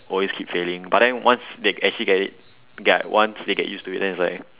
always keep failing but then once they actually get it ya once they get used to it then it's like